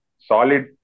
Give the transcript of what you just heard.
solid